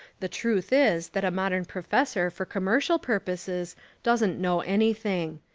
the truth is that a modern professor for commercial purposes doesn't know anything.